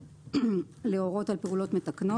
להורות על פעולות מתקנות.